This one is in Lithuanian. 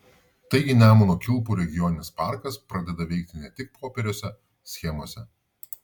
taigi nemuno kilpų regioninis parkas pradeda veikti ne tik popieriuose schemose